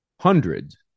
hundreds